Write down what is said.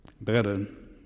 Brethren